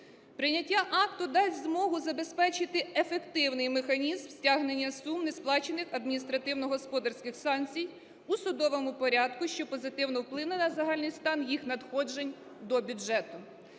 Прийняття акту дасть змогу забезпечити ефективний механізм стягнення сум несплачених адміністративно-господарських санкцій у судовому порядку, що позитивно вплине на загальний стан їх надходжень до бюджету.